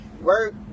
Work